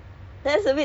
so